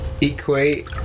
equate